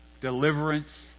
deliverance